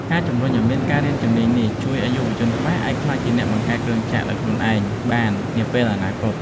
ការជំរុញឱ្យមានការរៀនជំនាញនេះជួយឱ្យយុវជនខ្មែរអាចក្លាយជាអ្នកបង្កើតគ្រឿងចក្រដោយខ្លួនឯងបាននាពេលអនាគត។